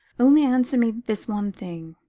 only answer me this one thing.